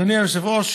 אדוני היושב-ראש,